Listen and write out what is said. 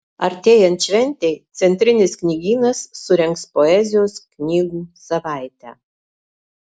artėjant šventei centrinis knygynas surengs poezijos knygų savaitę